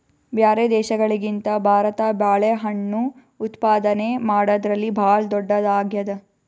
ಬ್ಯಾರೆ ದೇಶಗಳಿಗಿಂತ ಭಾರತ ಬಾಳೆಹಣ್ಣು ಉತ್ಪಾದನೆ ಮಾಡದ್ರಲ್ಲಿ ಭಾಳ್ ಧೊಡ್ಡದಾಗ್ಯಾದ